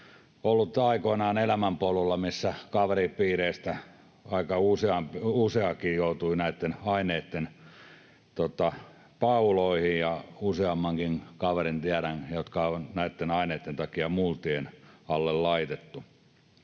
ollut aikoinaan elämänpolulla, missä kaveripiireistä aika useakin joutui näitten aineitten pauloihin, ja useammankin kaverin tiedän, jotka on näitten aineitten takia multien alle laitettu.